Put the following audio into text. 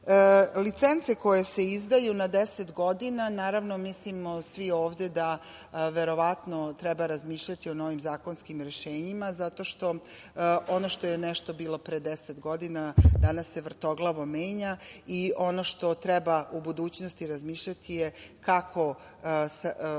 koje se izdaju na 10 godina, naravno, mislimo svi ovde da verovatno treba razmišljati o novim zakonskim rešenjima, zato što ono što je nešto bilo pre 10 godina, danas se vrtoglavo menja i ono što treba u budućnosti razmišljati je kako